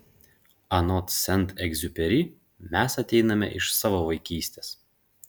anot sent egziuperi mes ateiname iš savo vaikystės